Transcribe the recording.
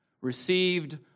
received